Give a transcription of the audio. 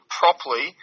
properly